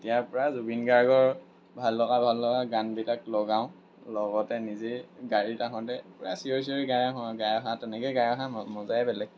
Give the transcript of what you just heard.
তেতিয়া পূৰা জুবিন গাৰ্গৰ ভাল লগা ভাল লগা গানগিটাক লগাওঁ লগতে নিজে গাড়ীত আহোঁতে পূৰা চিঞৰি চিঞৰি গাই আহোঁ আৰু গাই অহা তেনেকৈ গাই অহা ম মজাই বেলেগ